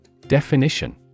Definition